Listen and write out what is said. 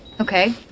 Okay